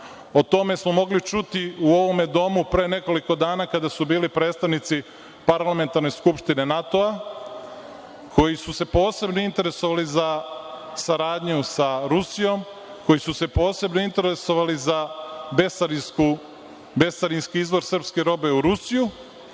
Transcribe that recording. O tome smo mogli čuti u ovome domu pre nekoliko dana, kada su bili predstavnici Parlamentarne skupštine NATO-a, koji su se posebno interesovali za saradnju sa Rusijom, koji su se posebno interesovali za bescarinski izvoz srpske robe u Rusiju